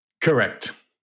Correct